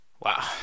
Wow